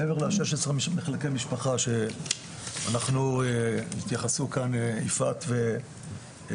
מעבר לשישה עשר מחלקי משפחה שיתייחסו כאן יפעת ודנה,